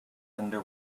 under